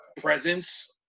presence